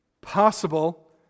possible